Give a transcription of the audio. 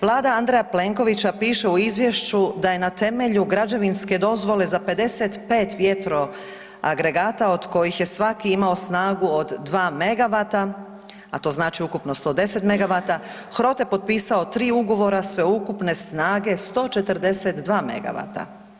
Vlada Andreja Plenkovića piše u izvješću da je na temelju građevinske dozvole za 55 vjetroagregata od kojih je svaki imao snagu od 2 MW, a to znači ukupno 110 MW HROTE potpisao 3 ugovora sveukupne snage 142 MW.